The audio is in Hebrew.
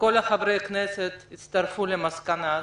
שכל חברי הכנסת יצטרפו למסקנה הזאת.